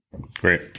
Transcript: great